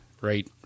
right